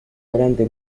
delante